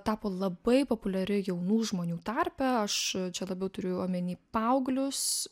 tapo labai populiari jaunų žmonių tarpe aš čia labiau turiu omeny paauglius